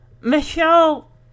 Michelle